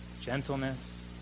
gentleness